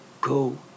go